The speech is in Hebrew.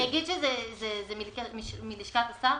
אני אגיד שזה מלשכת השר,